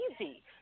easy